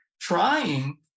trying